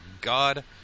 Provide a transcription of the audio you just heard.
God